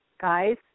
guys